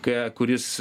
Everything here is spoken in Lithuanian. ką kuris